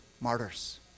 martyrs